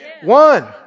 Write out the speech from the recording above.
One